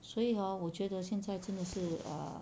所以 hor 我觉得现在真的是 err